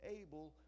able